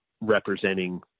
representing